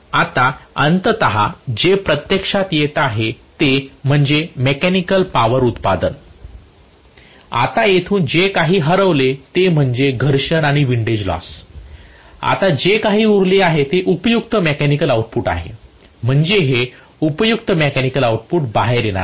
आता अंततः जे प्रत्यक्षात येत आहे ते म्हणजे मेकॅनिकल पावर उत्पादन आता येथून जे काही हरवले ते म्हणजे घर्षण आणि विंडेज लॉस आता जे काही उरले आहे ते उपयुक्त मेकॅनिकल आउटपुट आहे म्हणजे हे उपयुक्त मेकॅनिकल आउटपुट बाहेर येणार आहे